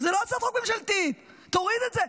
זו לא הצעת חוק ממשלתית, תוריד את זה.